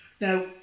Now